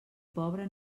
pobre